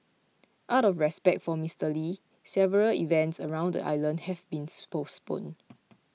out of respect for Mister Lee several events around the island have been postponed